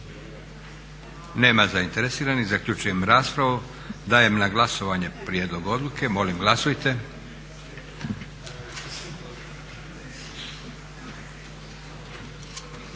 Nema zainteresiranih. Zaključujem raspravu. Dajem na glasovanje prijedlog odluke. Molim glasujte.